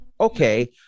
okay